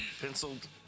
penciled